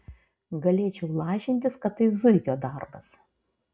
galėčiau lažintis kad tai zuikio darbas